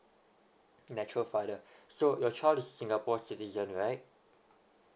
natural father so your child is singapore citizen right